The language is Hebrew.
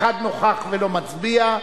אחד נוכח ולא מצביע.